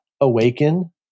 awaken